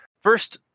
First